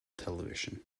television